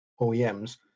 OEMs